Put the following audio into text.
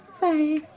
Bye